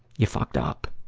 you fucked up.